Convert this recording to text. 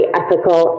ethical